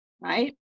right